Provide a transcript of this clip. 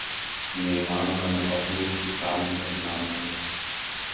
neįmanoma nepaklusti tam įsakmiam balsui